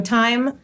time